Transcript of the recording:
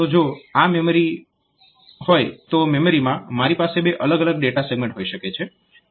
તો જો આ મેમરી હોય તો મેમરીમાં મારી પાસે બે અલગ અલગ ડેટા સેગમેન્ટ હોઈ શકે છે